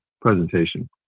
presentation